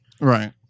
Right